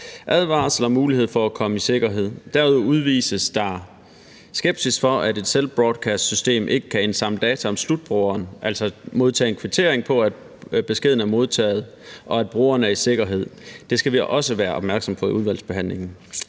advarsel og mulighed for at komme i sikkerhed. Derudover udvises der skepsis for, at et cell broadcast-system ikke kan indsamle data om slutbrugeren, altså modtage en kvittering for, at beskeden er modtaget, og at brugeren er i sikkerhed. Det skal vi også være opmærksomme på i udvalgsbehandlingen.